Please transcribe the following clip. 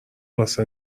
واسه